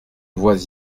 vois